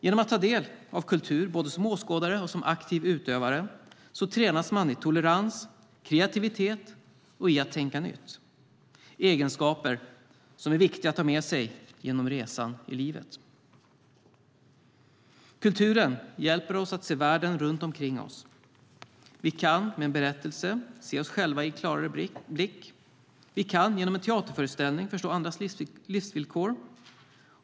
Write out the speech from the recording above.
Genom att ta del av kultur, både som åskådare och som aktiv utövare, tränas man i tolerans, i kreativitet och i att tänka nytt - egenskaper som är viktiga att ha med sig på resan genom livet. Kulturen hjälper oss att se världen runt omkring oss. Vi kan med en berättelse se oss själva i en klarare blick. Vi kan genom en teaterföreställning förstå andras livsvillkor.